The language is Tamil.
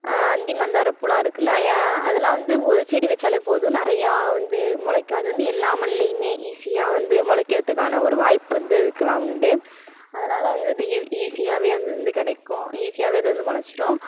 அந்திமந்தாரம் பூலாம் இருக்குதுலயா அதெல்லாம் வந்து ஒரு செடி வெச்சாலே போதும் நிறையா வந்து முளைக்கும் அது வந்து எல்லா மண்ணுலேயுமே ஈஸியாக வந்து முளைக்கிறதுக்கான ஒரு வாய்ப்பு வந்து அதுக்கெல்லாம் உண்டு அதனால் வந்து அது ஈஸியாகவே அது வந்து கிடைக்கும் ஈஸியாகவே அது வந்து முளைச்சிரும்